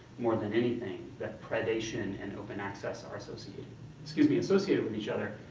more than anything, that predation and open access are associated excuse me, associated with each other.